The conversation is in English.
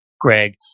Greg